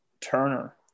Turner